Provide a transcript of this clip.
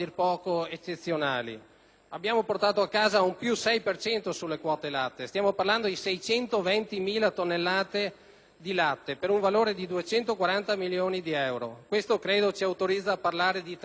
abbiamo portato a casa un più 6 per cento sulle quote latte (stiamo parlando di 620.000 tonnellate di latte per un valore di 240 milioni di euro). Questo ci autorizza a parlare di una trattativa storica